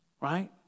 right